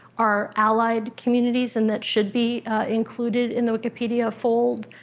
are allied communities and that should be included in the wikipedia fold.